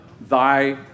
thy